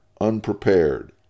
unprepared